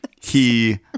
he-